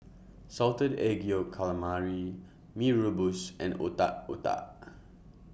Salted Egg Yolk Calamari Mee Rebus and Otak Otak